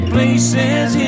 Places